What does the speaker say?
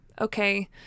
Okay